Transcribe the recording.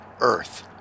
earth